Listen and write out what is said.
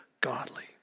godly